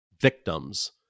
victims